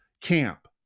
camp